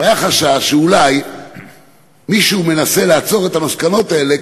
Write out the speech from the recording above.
והיה חשש שאולי מישהו מנסה לעצור את המסקנות האלה,